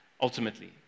ultimately